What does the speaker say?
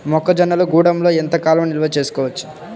మొక్క జొన్నలు గూడంలో ఎంత కాలం నిల్వ చేసుకోవచ్చు?